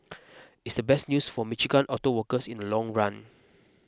it's the best news for Michigan auto workers in a long run